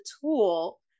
tool